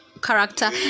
character